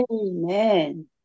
Amen